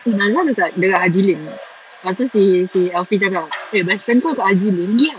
eh najilah dekat dekat haji lane lepas tu si si elfie cakap eh best friend kau dekat haji lane pergi ah